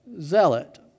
Zealot